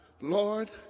Lord